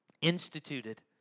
instituted